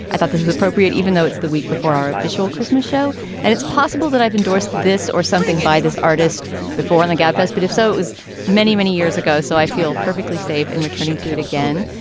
i thought this is appropriate, even though it's the week before our official christmas show and it's possible that i've endorsed this or something by this artist before and the gabfests. but if so, it was many, many years ago. so i feel perfectly safe in returning to it again.